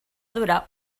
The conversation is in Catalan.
durar